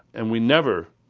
and we never,